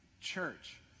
church